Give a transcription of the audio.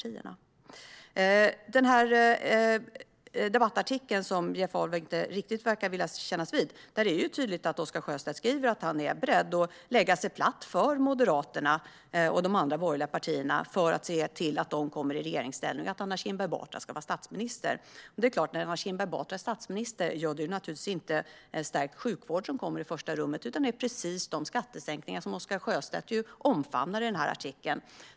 I den här debattartikeln, som Jeff Ahl inte riktigt verkar vilja kännas vid, skriver Oscar Sjöstedt tydligt att han är beredd att lägga sig platt för Moderaterna och de andra borgerliga partierna för att se till att de kommer i regeringsställning och att Anna Kinberg Batra blir statsminister. Och när Anna Kinberg Batra är statsminister är det naturligtvis inte en stärkt sjukvård som kommer i första rummet, utan precis de skattesänkningar som Oscar Sjöstedt omfamnar i artikeln.